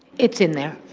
it's in there.